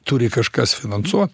turi kažkas finansuot